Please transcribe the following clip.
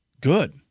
good